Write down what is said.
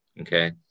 Okay